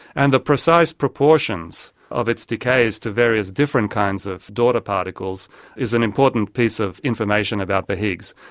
and the precise proportions of its decays to various different kinds of daughter particles is an important piece of information about the higgs.